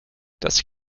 das